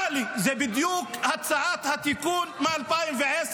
טלי, זו בדיוק הצעת התיקון מ-2010.